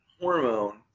hormone